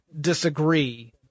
disagree